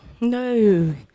no